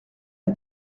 est